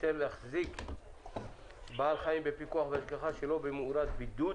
6)(היתר להחזיק בעל חיים בפיקוח ובהשגחה שלא במאורת בידוד),